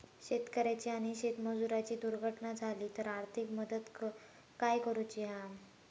शेतकऱ्याची आणि शेतमजुराची दुर्घटना झाली तर आर्थिक मदत काय करूची हा?